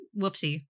Whoopsie